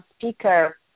speaker